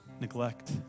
neglect